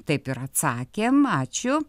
taip ir atsakėm ačiū